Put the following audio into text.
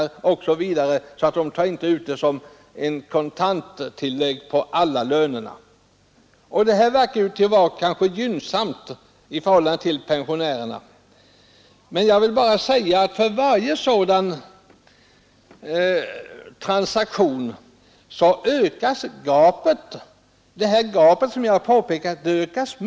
De tar alltså inte ut sina procent som kontanttillägg på alla löner. Det här kan alltså tyckas vara gynnsamt för pensionärerna, men för varje sådan transaktion ökas gapet som jag har pekat på.